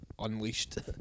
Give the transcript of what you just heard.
unleashed